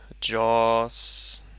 jaws